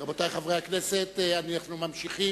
רבותי חברי הכנסת, אנחנו ממשיכים.